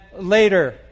later